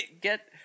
Get